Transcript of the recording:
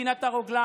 שהתקינה את הרוגלה?